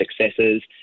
successes